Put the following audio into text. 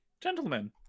Gentlemen